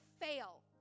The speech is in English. fail